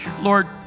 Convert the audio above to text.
Lord